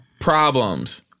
problems